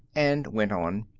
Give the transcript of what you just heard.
and went on.